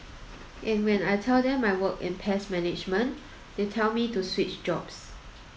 and when I tell them I work in pest management they tell me to switch jobs